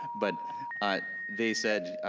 but they said,